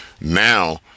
Now